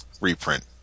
reprint